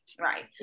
right